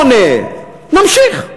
בוא נמשיך.